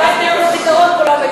הלוואי